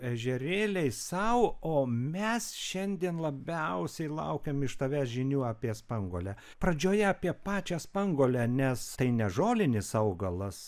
ežerėliai sau o mes šiandien labiausiai laukiam iš tavęs žinių apie spanguolę pradžioje apie pačią spanguolę nes tai ne žolinis augalas